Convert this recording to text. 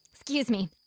excuse me.